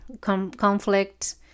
conflict